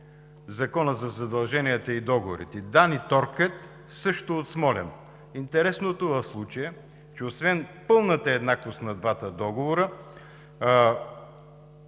Закона за задълженията и договорите – „ДАНИ ТОРКРЕТ“, също от Смолян. Интересното в случая е, че освен пълната еднаквост на двата договора,